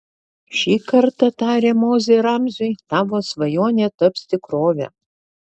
šį kartą tarė mozė ramziui tavo svajonė taps tikrove